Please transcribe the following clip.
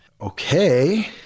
Okay